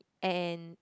and